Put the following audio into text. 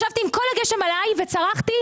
ישבתי עם כל הגשם עליי וצרחתי.